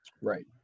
Right